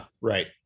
Right